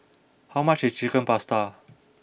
how much is Chicken Pasta